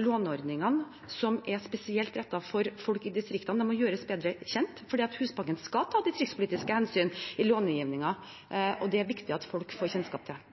låneordningene som er spesielt rettet mot folk i distriktene, må gjøres bedre kjent, fordi Husbanken skal ta distriktspolitiske hensyn i långivningen. Det er